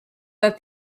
that